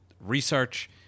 research